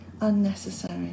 unnecessary